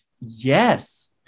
Yes